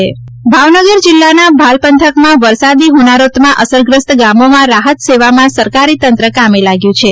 રાહત ભાવનગર જિલ્લાના ભાલ પંથકમાં વરસાદી હોનારતમાં અસરગ્રસ્ત ગામોમાં રાહત સેવામાં સમગ્ર સરકારી તંત્ર કામે લાગ્યું છે